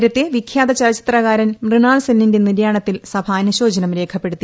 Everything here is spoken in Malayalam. നേരത്തെ വിഖ്യാത ചലച്ചിത്രകാരൻ മൃണാൾ സെന്നിന്റെ നിര്യാണത്തിൽ സഭ അനുശോചനം രേഖപ്പെടുത്തി